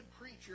preacher